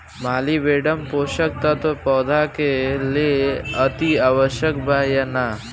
Molybdenum पोषक तत्व पौधा के लेल अतिआवश्यक बा या न?